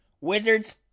Wizards